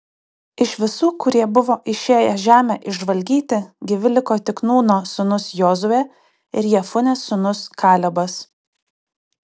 iš visų kurie buvo išėję žemę išžvalgyti gyvi liko tik nūno sūnus jozuė ir jefunės sūnus kalebas